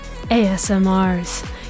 ASMRs